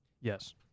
Yes